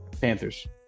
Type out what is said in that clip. Panthers